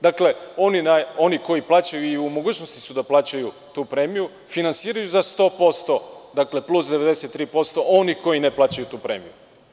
Dakle, oni koji plaćaju i u mogućnosti su da plaćaju tu premiju finansiraju za 100%, plus 93% onih koji ne plaćaju tu premiju.